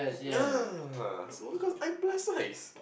so because I'm plus size